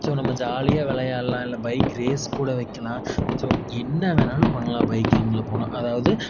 so நம்ம ஜாலியாக விளையாட்லாம் இல்லை பைக்கு ரேஸ் கூட வைக்கலாம் ஸோ என்ன வேணாலும் பண்ணலாம் பைக்கிங்கில் போனால் அதாவது